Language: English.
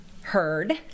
heard